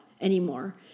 anymore